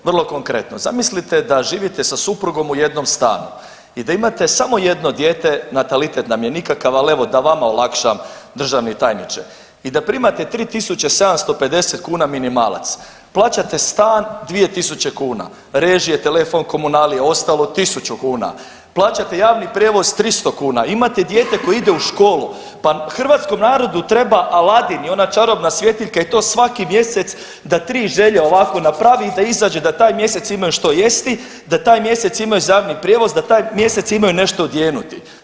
Vrlo konkretno, zamislite da živite sa suprugom u jednom stanu i da imate samo jedno dijete, natalitet nam je nikakav, ali evo da vama olakšam državni tajniče, i da primate 3.750 kuna minimalac, plaćate stan 2.000 kuna, režije telefon, komunalije, ostalo 1.000 kuna, plaćate javni prijevoz 300 kuna, imate dijete koje ide u školu, pa hrvatskom narodu treba Aladin i ona čarobna svjetiljka i to svaki mjesec da tri želje ovako napravi i da izađe da taj mjesec imaju što jesti, da taj mjesec imaju zadnji prijevoz, da taj mjesec imaju nešto odjenuti.